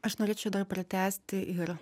aš norėčiau dar pratęsti ir